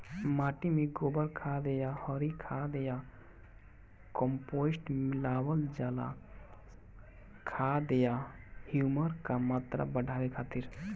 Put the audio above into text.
माटी में गोबर खाद या हरी खाद या कम्पोस्ट मिलावल जाला खाद या ह्यूमस क मात्रा बढ़ावे खातिर?